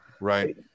Right